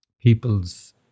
people's